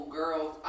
girls